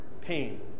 pain